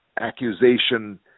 accusation